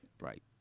Right